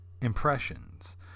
Impressions